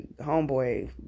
homeboy